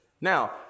Now